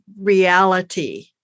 reality